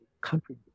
country